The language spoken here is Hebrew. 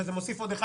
וזה מוסיף עוד 1,